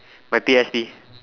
my P S B